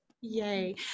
Yay